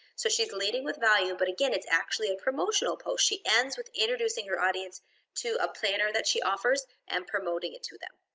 so she's leading with value but again its actually a promotional post. she ends with introducing her audience to a planner that she offers and promoting it to them.